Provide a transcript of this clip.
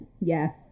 yes